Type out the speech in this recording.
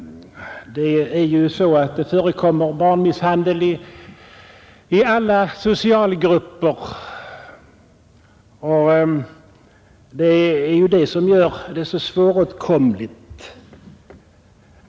Det förekommer barnmisshandel i alla socialgrupper och det är det som gör det så svårt att angripa problemet.